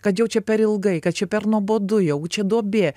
kad jau čia per ilgai kad čia per nuobodu jau čia duobė